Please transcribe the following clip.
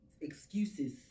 excuses